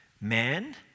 Man